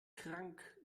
krank